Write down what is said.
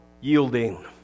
yielding